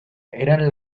eran